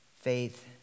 faith